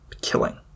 killing